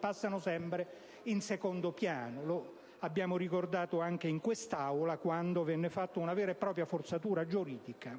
passano sempre in secondo piano. Lo abbiamo ricordato anche in quest'Aula, quando venne approvata questa vera e propria forzatura giuridica.